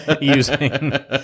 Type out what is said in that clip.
using